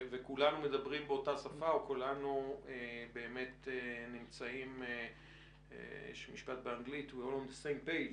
וכולנו מדברים באותה שפה או כולנו נמצאים באותו מקום.